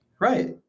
right